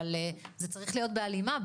אבל זה צריך לביות בהלימה,